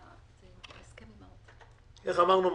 איך אמרנו?